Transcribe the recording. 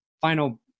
final